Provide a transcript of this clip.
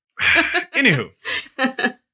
Anywho